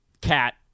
Cat